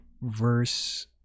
verse